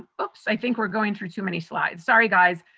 oops, i think we're going through too many slides, sorry guys.